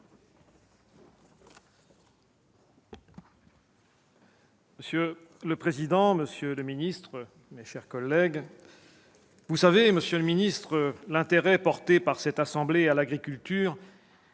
Monsieur le président, monsieur le ministre, mes chers collègues, vous savez l'intérêt porté par cette assemblée à l'agriculture